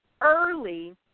early